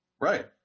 Right